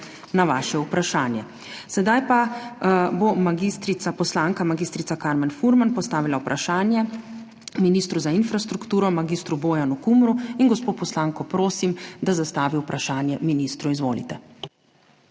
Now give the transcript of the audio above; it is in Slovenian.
na vaše vprašanje. Sedaj pa bo poslanka mag. Karmen Furman postavila vprašanje ministru za infrastrukturo mag. Bojanu Kumru. Gospo poslanko prosim, da zastavi vprašanje ministru. Izvolite.